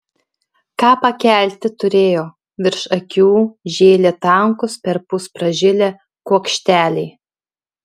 ką pakelti turėjo virš akių žėlė tankūs perpus pražilę kuokšteliai